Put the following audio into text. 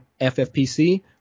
FFPC